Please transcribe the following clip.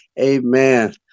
Amen